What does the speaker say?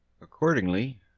Accordingly